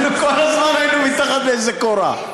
אנחנו כל הזמן היינו מתחת לאיזו קורה.